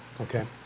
Okay